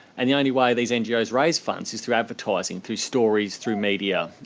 and the only way these ngos raise funds is through advertising, through stories, through media,